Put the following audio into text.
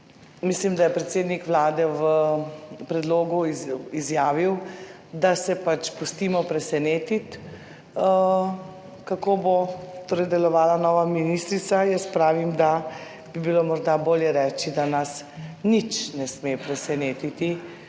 Mislim, da je predsednik Vlade v predlogu izjavil, da se pač pustimo presenetiti. Kako bo torej delovala nova ministrica? Jaz pravim, da bi bilo morda bolje reči, da nas nič ne sme presenetiti,